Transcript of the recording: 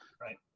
Right